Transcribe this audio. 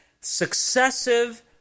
successive